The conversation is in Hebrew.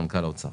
מנכ"ל האוצר.